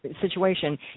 situation